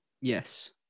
Yes